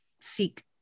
seek